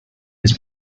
his